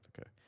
okay